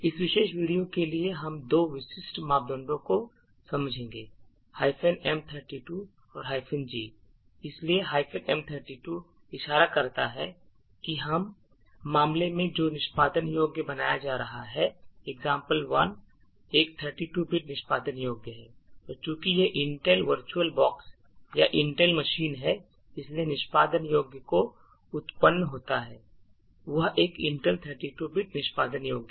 इस विशेष वीडियो के लिए हम दो विशिष्ट मापदंडों को समझाएंगे M32 और G इसलिए M32 इशारा करता है कि इस मामले में जो निष्पादन योग्य बनाया जा रहा है example1 एक 32 bit निष्पादन योग्य है और चूंकि यह Intel वर्चुअल बॉक्स या Intel मशीन है इसलिए निष्पादन योग्य जो उत्पन्न होता है वह एक Intel 32 bit निष्पादन योग्य है